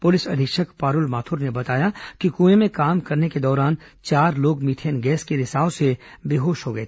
police अधीक्षक पारूल माथुर ने बताया कि कुएं में काम करने के दौरान चार लोग मीथेन गैस के रिसाव से बेहोश हो गए